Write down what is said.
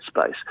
space